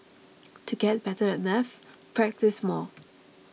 to get better at maths practise more